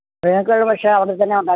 ഞങ്ങൾക്ക് ഉള്ള ഭക്ഷണം അവിടെ തന്നെ ഉണ്ടാക്കും